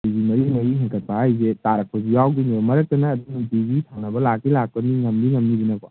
ꯀꯦ ꯖꯤ ꯃꯔꯤ ꯃꯔꯤ ꯍꯦꯟꯒꯠꯄ ꯍꯥꯏꯖꯦ ꯇꯥꯔꯛꯄꯖꯨ ꯌꯥꯎꯗꯣꯏꯅꯦꯕ ꯃꯔꯛꯇ ꯅꯪ ꯑꯗꯨꯝ ꯅꯨꯡꯇꯤꯒꯤ ꯊꯪꯅꯕ ꯂꯥꯛꯇꯤ ꯂꯥꯛꯀꯅꯤ ꯉꯝꯗꯤ ꯉꯝꯅꯤꯗꯅꯀꯣ